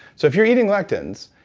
so if you are eating lectins,